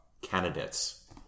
candidates